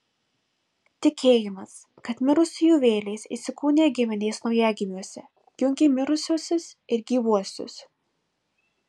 tikėjimas kad mirusiųjų vėlės įsikūnija giminės naujagimiuose jungė mirusiuosius ir gyvuosius